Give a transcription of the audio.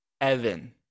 Evan